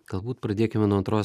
galbūt pradėkime nuo antros